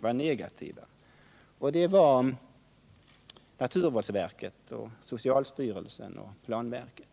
var negativa — naturvårdsverket, socialstyrelsen och planverket.